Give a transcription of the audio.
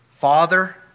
Father